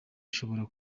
ushobora